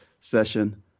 session